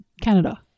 Canada